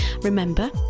Remember